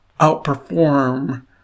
outperform